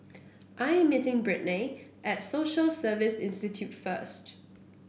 I am meeting Brittnay at Social Service Institute first